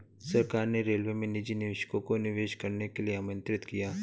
सरकार ने रेलवे में निजी निवेशकों को निवेश करने के लिए आमंत्रित किया